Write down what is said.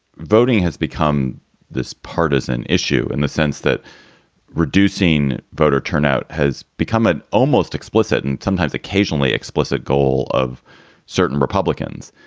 voting has become this partisan issue in the sense that reducing voter turnout has become an almost explicit and sometimes occasionally explicit goal of certain republicans.